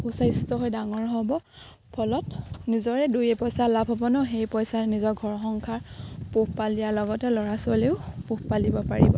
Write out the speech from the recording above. সুস্বাস্থ্য হৈ ডাঙৰ হ'ব ফলত নিজৰে দুই এপইচা লাভ হ'ব ন সেই পইচা নিজৰ ঘৰ সংসাৰ পোহপাল দিয়াৰ লগতে ল'ৰা ছোৱালীয়েও পোহ পালিব পাৰিব